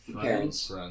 parents